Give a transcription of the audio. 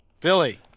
Billy